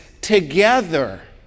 together